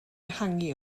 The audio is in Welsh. ehangu